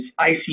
ICU